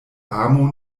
amo